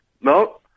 No